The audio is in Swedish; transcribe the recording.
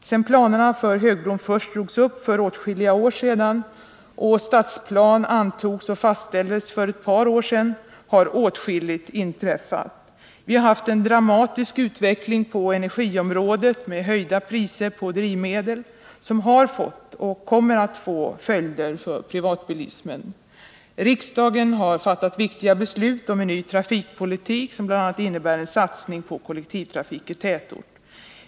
Sedan planerna för högbron först drogs upp för åtskilliga år sedan och stadsplanen antogs och fastställdes — för ett par år sedan — har åtskilligt inträffat. Vi har haft en dramatisk utveckling på energiområdet med höjda priser på drivmedel som har fått och kommer att få följder för privatbilismen. Riksdagen har fattat viktiga beslut om en ny trafikpolitik, som bl.a. innebär en satsning på kollektivtrafik i tätort.